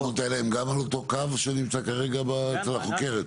הטענות האלה הם גם על אותו קו שנמצא כרגע אצל החוקרת?